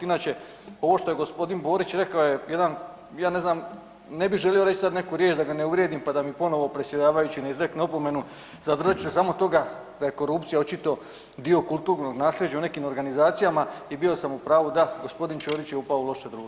Inače ovo što je g. Borić rekao je jedan, ja ne znam, ne bi želio reć sad neku riječ da ga ne uvrijedim, pa da mi ponovo predsjedavajući izrekne opomenu, zadržat ću se samo toga da je korupcija očito dio kulturnog nasljeđa u nekim organizacijama i bio sam u pravu, da g. Ćorić je upao u loše društvo.